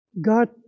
God